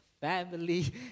family